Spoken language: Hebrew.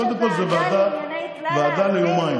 קודם כול, זו ועדה ליומיים.